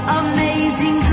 amazing